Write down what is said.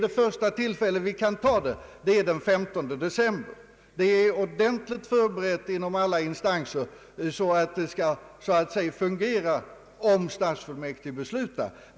Det första tillfälle vid vilket man kan ta upp frågan är den 15 december, Den är ordentligt förberedd inom alla instanser, och det kan så att säga fungera om stadsfullmäktige beslutar.